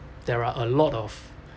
there are a lot of